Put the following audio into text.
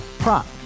Prop